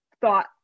thought